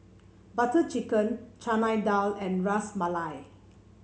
Butter Chicken Chana Dal and Ras Malai